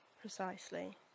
Precisely